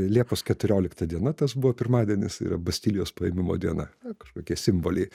liepos keturiolikta diena tas buvo pirmadienis yra bastilijos paėmimo diena kažkokie simboliai